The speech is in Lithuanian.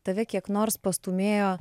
tave kiek nors pastūmėjo